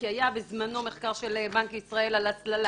כי היה בזמנו מחקר של בנק ישראל על הסללה.